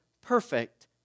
perfect